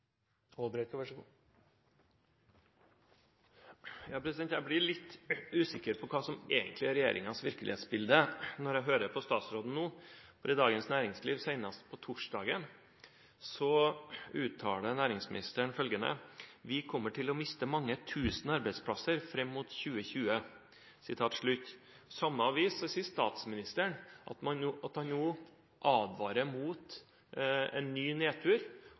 Jeg blir litt usikker på hva som egentlig er regjeringens virkelighetsbilde når jeg hører på statsråden nå, for senest i Dagens Næringsliv på torsdag uttalte næringsministeren følgende: «Vi kommer til å miste mange tusen arbeidsplasser frem mot 2020». I samme avis sier statsministeren at han nå advarer mot en ny nedtur,